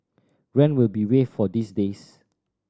rent will be waived for these days